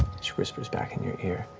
she whispers back in your ear.